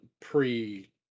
pre